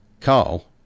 Carl